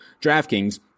DraftKings